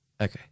Okay